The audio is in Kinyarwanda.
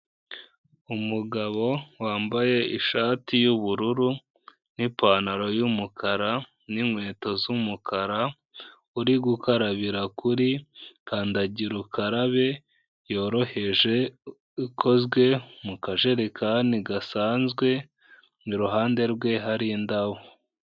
Umugabo wambaye ishati y'ubururu n'ipantaro y'umukara n'inkweto z'umukara uri gukarabira kuri kandagirukarabe yoroheje ikozwe mu kajerekani gasanzwe iruhande rwe hari indabo.